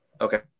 Okay